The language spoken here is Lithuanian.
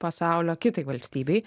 pasaulio kitai valstybei